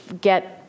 get